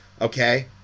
okay